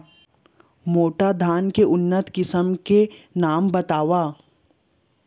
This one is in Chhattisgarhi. मोटा धान के उन्नत किसिम के नाम बतावव?